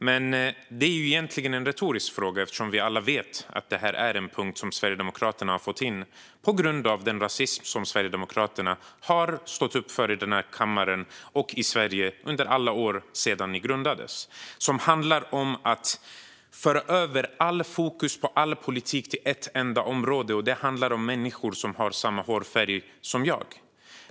Det här är egentligen en retorisk fråga eftersom vi alla vet att detta är en punkt som Sverigedemokraterna har fått in på grund av den rasism som de har stått upp för i kammaren och i Sverige under alla år sedan de grundades. Det handlar om att föra över allt fokus och all politik till ett enda område, nämligen människor som har samma hårfärg som jag.